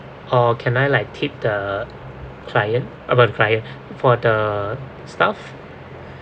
or can I like tip the client client for the staff